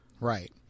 right